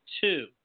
two